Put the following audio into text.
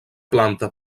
planta